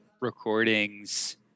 recordings